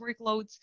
workloads